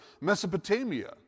Mesopotamia